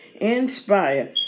inspire